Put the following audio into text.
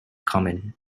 common